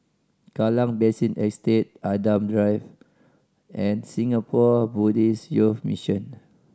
Kallang Basin Estate Adam Drive and Singapore Buddhist Youth Mission